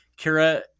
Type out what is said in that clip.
Kira